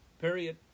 Period